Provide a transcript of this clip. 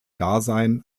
dasein